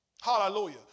Hallelujah